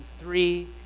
three